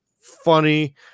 funny